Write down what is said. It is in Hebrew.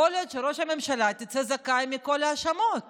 יכול להיות שראש הממשלה יצא זכאי מכל האשמות